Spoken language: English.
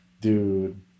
dude